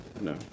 No